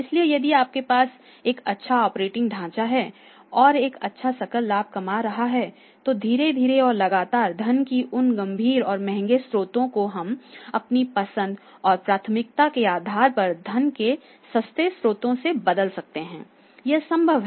इसलिए यदि आपके पास एक अच्छा ऑपरेटिंग ढांचा है और एक अच्छा सकल लाभ कमा रहा है तो धीरे धीरे और लगातार धन के उन गंभीर और महंगे स्रोतों को हम अपनी पसंद और प्राथमिकता के आधार पर धन के सस्ते स्रोतों से बदल सकते हैं यह संभव है